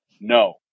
No